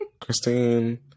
Christine